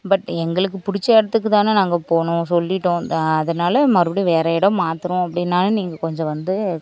but எங்களுக்கு பிடிச்ச இடத்துக்கு தான நாங்கள் போகணும் சொல்லிவிட்டோம் அதனால் மறுபடியும் வேறு இடம் மாற்றுறோம் அப்படின்னாலும் நீங்கள் கொஞ்சம் வந்து